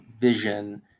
vision